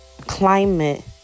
climate